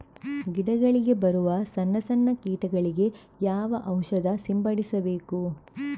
ಗಿಡಗಳಿಗೆ ಬರುವ ಸಣ್ಣ ಸಣ್ಣ ಕೀಟಗಳಿಗೆ ಯಾವ ಔಷಧ ಸಿಂಪಡಿಸಬೇಕು?